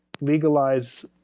legalize